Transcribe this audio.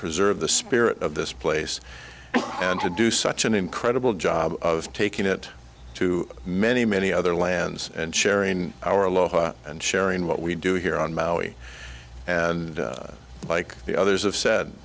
preserve the spirit of this place and to do such an incredible job of taking it to many many other lands and sharing our aloha and sharing what we do here on maui and like the others have said